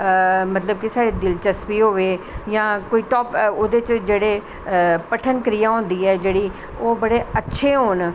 मतलव कि साड़ी दिलचस्बी होऐ जां कोई ओह्दे च जेह्ड़े पठन क्रिया होंदी ऐ जेह्ड़ी ओह् बड़े अच्छे होन